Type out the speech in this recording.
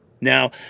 Now